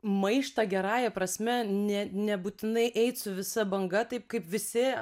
maištą gerąja prasme ne nebūtinai eit su visa banga taip kaip visi